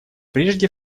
прежде